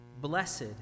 Blessed